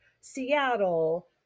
Seattle